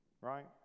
Right